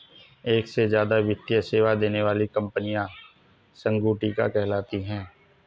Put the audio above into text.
एक से ज्यादा वित्तीय सेवा देने वाली कंपनियां संगुटिका कहलाती हैं